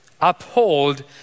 uphold